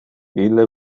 ille